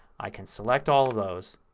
i can select all of those,